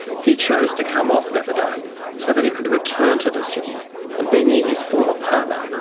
he chose to come off methadone so that he could return to the city and be near his former partner,